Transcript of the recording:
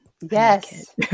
Yes